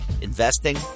investing